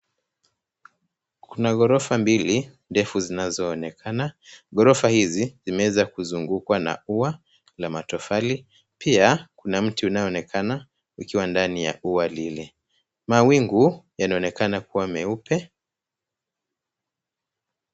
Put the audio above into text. Kuna ghorofa mbili ndefu zinazooekana. Ghorofa hizi zimeweza kuzungukwa na ua wa matofali, pia kuna mti unaonekana ukiwa ndani ya ua lile. Mawingu yanaonekana kuwa meupe.